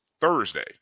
Thursday